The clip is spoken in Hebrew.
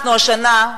אנחנו השנה,